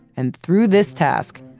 and through this task,